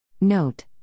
Note